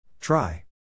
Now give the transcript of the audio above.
try